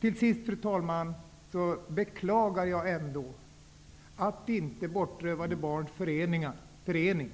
Till sist, fru talman, beklagar jag att inte Bortrövade barns förening,